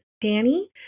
Danny